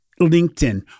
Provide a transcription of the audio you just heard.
LinkedIn